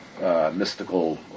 Mystical